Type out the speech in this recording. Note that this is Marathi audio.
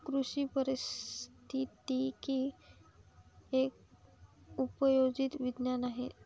कृषी पारिस्थितिकी एक उपयोजित विज्ञान आहे